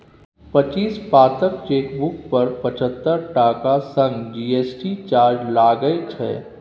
पच्चीस पातक चेकबुक पर पचहत्तर टका संग जी.एस.टी चार्ज लागय छै